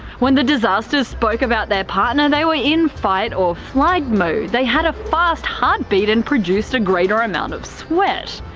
when the disasters spoke about their partner they were in fight-or-flight mode, they had a fast heart beat and produced a greater amount of sweat.